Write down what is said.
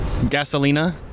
Gasolina